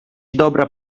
dobra